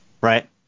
right